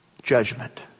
Judgment